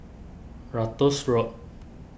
Ratus Road